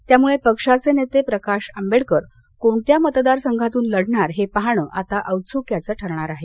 त्यामुळे पक्षाचे नेते प्रकाश आंबेडकर कोणत्या मतदार संघातून लढणार हे पाहण औत्सुक्याचं ठरणार आहे